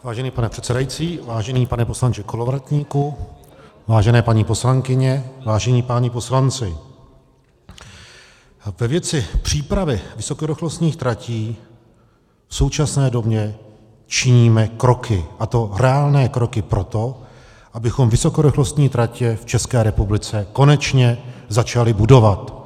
Vážený pane předsedající, vážený pane poslanče Kolovratníku, vážené paní poslankyně, vážení páni poslanci, ve věci přípravy vysokorychlostních tratí v současné době činíme kroky, a to reálné kroky, pro to, abychom vysokorychlostní tratě v České republice konečně začali budovat.